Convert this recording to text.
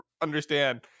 understand